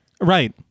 Right